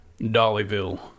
Dollyville